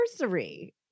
anniversary